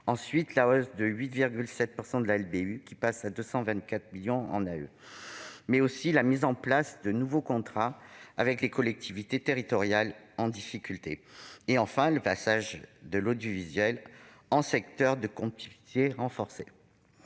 ensuite à la hausse de 8,7 % de la LBU, qui passe à 224 millions en AE, mais aussi à la mise en place de nouveaux contrats avec les collectivités territoriales en difficulté et, enfin, au passage de l'audiovisuel en secteur de compétitivité renforcée.